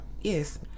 Yes